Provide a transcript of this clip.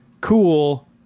Cool